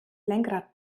lenkrad